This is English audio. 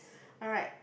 alright